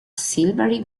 silvery